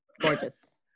Gorgeous